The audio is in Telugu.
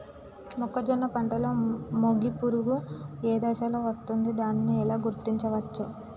మొక్కజొన్న పంటలో మొగి పురుగు ఏ దశలో వస్తుంది? దానిని ఎలా గుర్తించవచ్చు?